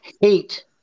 hate